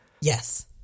Yes